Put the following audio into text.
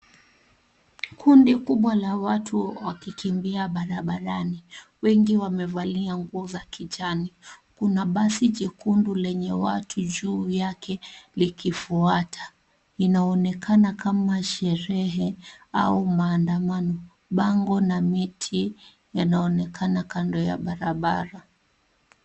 Kundi kubwa la watu wakikimbia barabarani. Wengi wamevalia nguo za kijani. Kuna basi jekundu lenye watu juu yake likifuata. Inaonekana kama sherehe au maandamano. Bango na miti yanaonekana kando ya barabara.